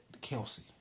Kelsey